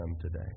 today